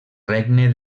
regne